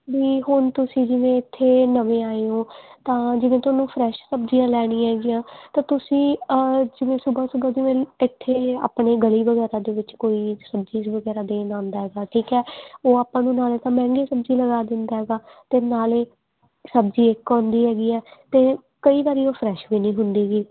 ਵੀ ਹੁਣ ਤੁਸੀਂ ਜਿਵੇਂ ਇੱਥੇ ਨਵੇਂ ਆਏ ਹੋ ਤਾਂ ਜਿਵੇਂ ਤੁਹਾਨੂੰ ਫਰੈਸ਼ ਸਬਜ਼ੀਆਂ ਲੈਣੀਆਂ ਹੈਗੀਆਂ ਤਾਂ ਤੁਸੀਂ ਜਿਵੇਂ ਸੁਬਾਹ ਸੁਬਾਹ ਜਿਵੇਂ ਇੱਥੇ ਆਪਣੇ ਗਲੀ ਵਗੈਰਾ ਦੇ ਵਿੱਚ ਕੋਈ ਸਬਜ਼ੀ ਵਗੈਰਾ ਦੇਣ ਆਉਂਦਾ ਹੈਗਾ ਠੀਕ ਹੈ ਉਹ ਆਪਾਂ ਨੂੰ ਨਾਲੇ ਤਾਂ ਮਹਿੰਗੀ ਸਬਜ਼ੀ ਲਗਾ ਦਿੰਦਾ ਹੈਗਾ ਅਤੇ ਨਾਲੇ ਸਬਜ਼ੀ ਇੱਕ ਆਉਂਦੀ ਹੈਗੀ ਆ ਅਤੇ ਕਈ ਵਾਰੀ ਉਹ ਫਰੈਸ਼ ਵੀ ਨਹੀਂ ਹੁੰਦੀ ਗੀ